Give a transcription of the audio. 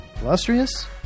illustrious